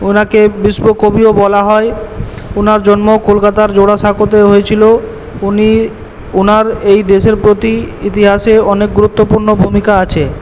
ওনাকে বিশ্বকবিও বলা হয় উনার জন্ম কলকাতার জোড়াসাঁকোতে হয়েছিলো উনি ওনার এই দেশের প্রতি ইতিহাসে অনেক গুরুত্বপূর্ণ ভূমিকা আছে